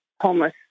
homeless